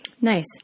Nice